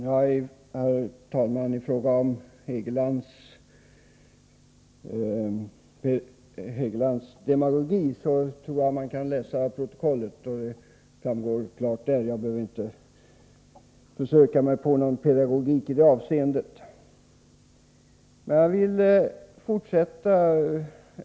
Herr talman! I fråga om Hugo Hegelands demagogi tror jag att man kan hänvisa till protokollet. Den kommer säkert att klart framgå där. Jag behöver inte försöka mig på någon pedagogik i det avseendet.